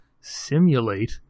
simulate